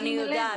אני יודעת.